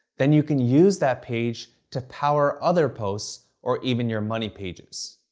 then you can use that page to power other posts or even your money pages.